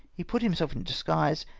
he put himself in a disguise,